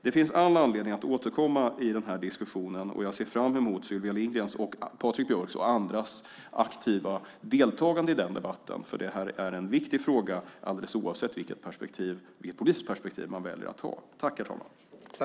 Det finns all anledning att återkomma i denna diskussion, och jag ser fram mot Sylvia Lindgrens, Patrik Björcks och andras aktiva deltagande i den debatten eftersom detta är en viktig fråga alldeles oavsett vilket politiskt perspektiv man väljer att ha.